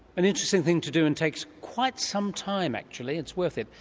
an interesting thing to do and takes quite some time actually. it's worth it.